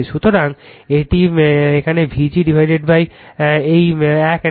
সুতরাং এটি সেখানে Vgএই 1 নেই